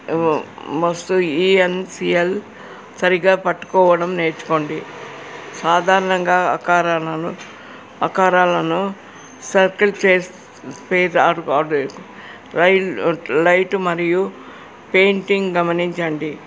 వస్తు ఈఎన్సీఎల్ సరిగ్గా పట్టుకోవడం నేర్చుకోండి సాధారణంగా అకారాలను అకారాలను సర్కిల్ చేే ై లైట్ మరియు పెయింటింగ్ గమనించండి